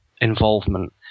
involvement